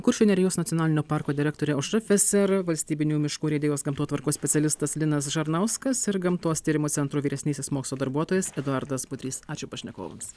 kuršių nerijos nacionalinio parko direktorė aušra feser valstybinių miškų urėdijos gamtotvarkos specialistas linas žarnauskas ir gamtos tyrimų centro vyresnysis mokslo darbuotojas eduardas budrys ačiū pašnekovams